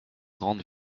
grandes